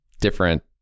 different